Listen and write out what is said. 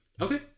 okay